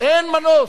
ואין מנוס,